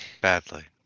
badly